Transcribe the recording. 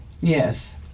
yes